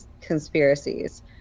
conspiracies